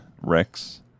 Rex